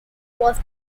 was